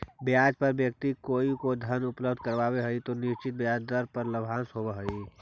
ब्याज पर व्यक्ति कोइओ के धन उपलब्ध करावऽ हई त निश्चित ब्याज दर पर लाभांश होवऽ हई